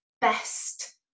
best